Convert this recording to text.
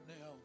now